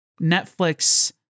netflix